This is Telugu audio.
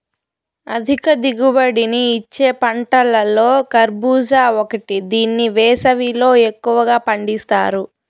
అధిక దిగుబడిని ఇచ్చే పంటలలో కర్భూజ ఒకటి దీన్ని వేసవిలో ఎక్కువగా పండిత్తారు